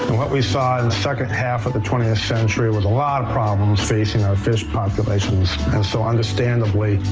what we saw in the second half of the twentieth century was a lot of problems facing our fish populations. and so understandably,